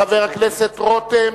חבר הכנסת רותם,